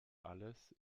alles